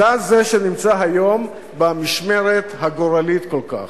אתה זה שנמצא היום במשמרת הגורלית כל כך.